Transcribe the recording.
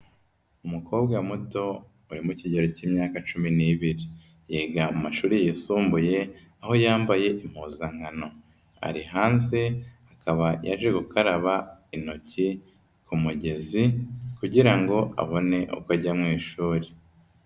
Umukobwa muto uri mu kigero k'imyaka cumi n'ibiri. Yiga mu mashuri yisumbuye aho yambaye impuzankano. Ari hanze akaba yaje gukaraba intoki ku mugezi kugira ngo abone uko ajya mu ishuri.